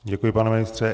Děkuji, pane ministře.